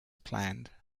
planned